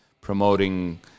promoting